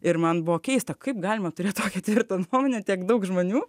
ir man buvo keista kaip galima turėt tokią tvirtą nuomonę tiek daug žmonių